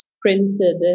printed